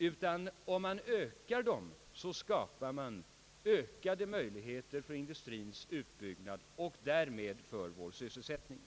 Om man i stället ökar dessa möjligheter, skapar man bättre förutsättningar för industrins utbyggnad och därmed för sysselsättningen.